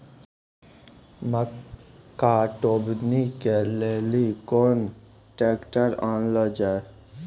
मक्का टेबनी के लेली केना ट्रैक्टर ओनल जाय?